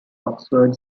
oxford